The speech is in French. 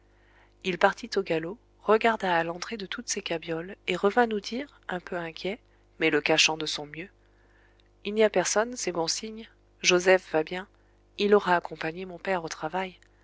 il partit au galop regarda à l'entrée de toutes ces cabioles et revint nous dire un peu inquiet mais le cachant de son mieux il n'y a personne c'est bon signe joseph va bien il aura accompagné mon père au travail